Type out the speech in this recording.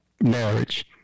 marriage